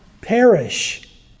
perish